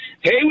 hey